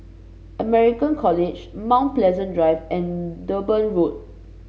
American College Mount Pleasant Drive and Durban Road